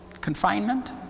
confinement